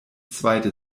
zweite